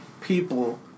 people